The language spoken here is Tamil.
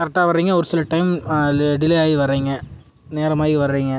கரெக்டாக வர்றீங்க ஒரு சில டைம் லே டிலே ஆகி வர்றீங்க நேரமாகி வர்றீங்க